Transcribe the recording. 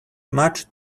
much